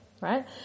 right